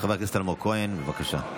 חבר הכנסת אלמוג כהן, בבקשה.